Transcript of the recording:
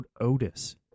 Otis